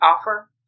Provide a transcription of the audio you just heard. offer